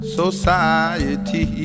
society